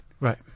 Right